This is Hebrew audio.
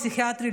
פסיכיאטרי,